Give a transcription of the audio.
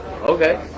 Okay